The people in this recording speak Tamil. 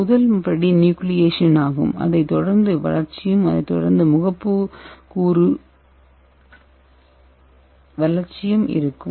முதல் படி நியூக்ளியேஷன் ஆகும் அதைத் தொடர்ந்து வளர்ச்சியும் அதைத் தொடர்ந்து முகப்புக்கூறு வளர்ச்சியும் இருக்கும்